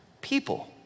people